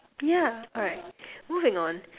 yeah alright moving on